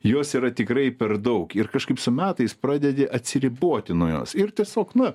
jos yra tikrai per daug ir kažkaip su metais pradedi atsiriboti nuo jos ir tiesiog na